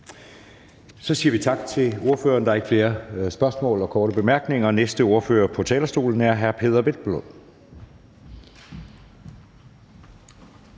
Så siger vi tak til ordføreren – der er ikke flere korte bemærkninger. Den næste ordfører på talerstolen er hr. Peder Hvelplund.